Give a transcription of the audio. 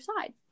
side